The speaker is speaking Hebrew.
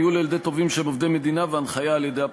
ניהול על-ידי תובעים שהם עובדי מדינה והנחיה על-ידי הפרקליטות.